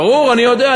ברור, אני יודע.